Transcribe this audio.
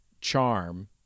charm